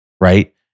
right